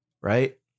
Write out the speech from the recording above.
right